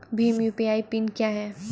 Bhim UPI PIN क्या है?